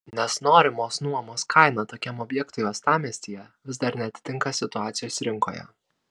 nes norimos nuomos kaina tokiam objektui uostamiestyje vis dar neatitinka situacijos rinkoje